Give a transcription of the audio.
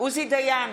עוזי דיין,